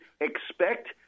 expect